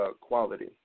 quality